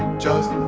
just